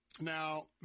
Now